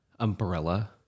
umbrella